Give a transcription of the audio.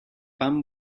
pan